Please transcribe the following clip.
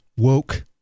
woke